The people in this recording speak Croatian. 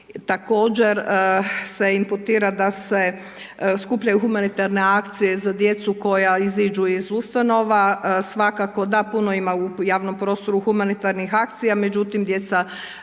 Također se imputira da se skupljaju humanitarne akcije za djecu koja iziđu iz ustanova, svakako, da, puno ima u javnom prostoru humanitarnih akcija, međutim, djeca